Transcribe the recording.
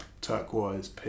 turquoise